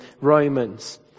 Romans